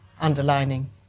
underlining